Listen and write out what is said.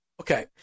Okay